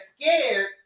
scared